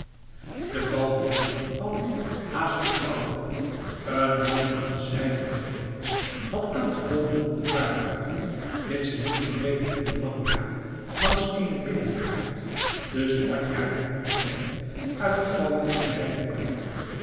de baljuw van hasaertswoude een man aan de zijde van den prins had aangeboden om de vaartuigen mits ze niet te breed en te lang waren langs eene binnenvaart den spanjaarden onbekend uit de gouwe in den rijn te brengen